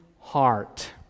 heart